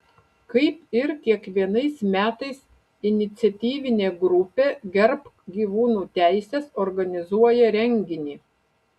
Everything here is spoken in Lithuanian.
kaip ir kiekvienais metais iniciatyvinė grupė gerbk gyvūnų teises organizuoja renginį